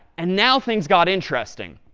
and now things got interesting.